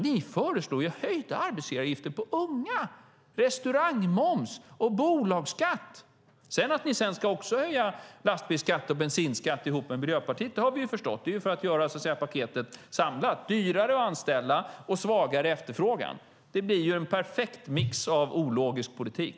Ni föreslår höjda arbetsgivaravgifter för unga, höjd restaurangmoms och höjd bolagsskatt. Att ni sedan också ska höja lastbilsskatten och bensinskatten tillsammans med Miljöpartiet har vi förstått. Det kommer att göra paketet samlat. Det innebär att det kommer att bli dyrare att anställa och att vi får en svagare efterfrågan. Det blir en perfekt mix av ologisk politik.